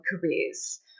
careers